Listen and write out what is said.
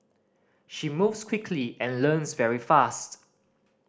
she moves quickly and learns very fast